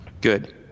Good